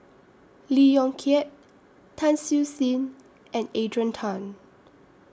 Lee Yong Kiat Tan Siew Sin and Adrian Tan